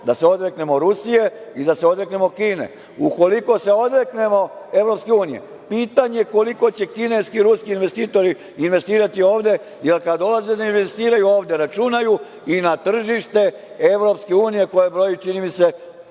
da se odreknemo Rusije i da se odreknemo Kine. Ukoliko se odreknemo EU, pitanje je koliko će kineski i ruski investitori investirati ovde, jer kada dolaze da investiraju ovde, računaju i na tržište EU, koje broji, čini mi se,